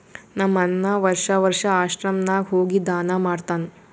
ನಮ್ ಅಣ್ಣಾ ವರ್ಷಾ ವರ್ಷಾ ಆಶ್ರಮ ನಾಗ್ ಹೋಗಿ ದಾನಾ ಮಾಡ್ತಾನ್